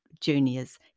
juniors